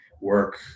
work